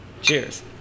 Cheers